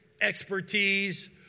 expertise